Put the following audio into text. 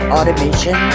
Automation